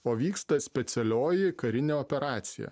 o vyksta specialioji karinė operacija